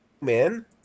Man